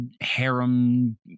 harem